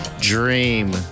dream